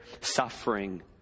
suffering